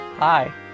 Hi